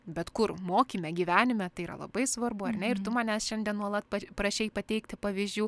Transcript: bet kur mokyme gyvenime tai yra labai svarbu ar ne ir tu manęs šiandien nuolat prašei pateikti pavyzdžių